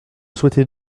souhaitais